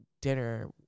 dinner